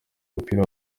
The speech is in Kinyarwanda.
mupira